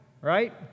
right